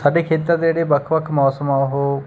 ਸਾਡੇ ਖੇਤਰ ਦੇ ਜਿਹੜੇ ਵੱਖ ਵੱਖ ਮੌਸਮ ਆ ਉਹ